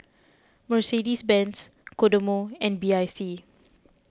Mercedes Benz Kodomo and B I C